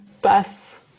bus